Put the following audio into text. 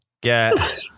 get